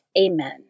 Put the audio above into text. Amen